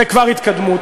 זה כבר התקדמות.